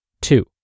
Two